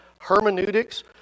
Hermeneutics